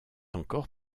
encore